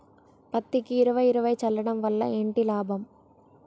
పత్తికి ఇరవై ఇరవై చల్లడం వల్ల ఏంటి లాభం?